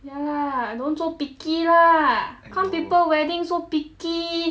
ya lah don't so picky lah come people wedding so picky